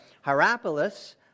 Hierapolis